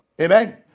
Amen